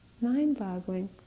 Mind-boggling